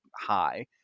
high